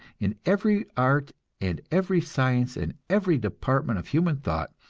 in every art and every science and every department of human thought,